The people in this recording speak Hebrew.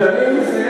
ואני מסיים,